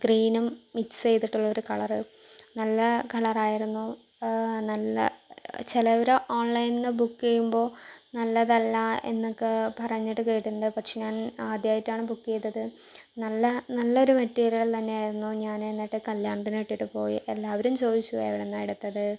ഗ്രീനും മിക്സെയ്തിട്ടുള്ളൊരു കളർ നല്ല കളറായിരുന്നു നല്ല ചിലർ ഓൺലൈനിൽ നിന്ന് ബുക്ക് ചെയ്യുമ്പോൾ നല്ലതല്ല എന്നൊക്കെ പറഞ്ഞിട്ട് കേട്ടിട്ടുണ്ട് പക്ഷേ ഞാൻ ആദ്യമായിട്ടാണ് ബുക്ക് ചെയ്തത് നല്ല നല്ലൊരു മെറ്റീരിയൽ തന്നെയായിരുന്നു ഞാൻ എന്നിട്ട് കല്യാണത്തിന് ഇട്ടിട്ടു പോയി എല്ലാവരും ചോദിച്ചു എവിടുന്നാണ് എടുത്തത്